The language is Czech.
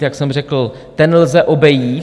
Jak jsem řekl, ten lze obejít.